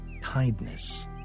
kindness